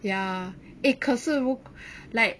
ya eh 可是如 like